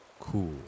cool